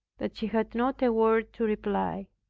that he had not a word to reply.